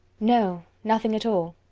no, nothing at all.